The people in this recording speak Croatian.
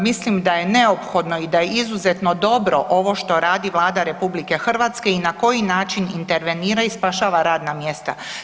Mislim da je neophodno i da je izuzetno dobro ovo što radi Vlada RH i na koji način intervenira i spašava radna mjesta.